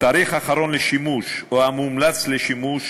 "תאריך אחרון לשימוש או המומלץ לשימוש,